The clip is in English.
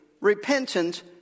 repentant